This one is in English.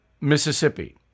Mississippi